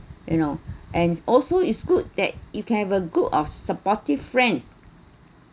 you know and also it's good that you can have a group of supportive friends